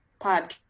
podcast